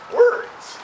words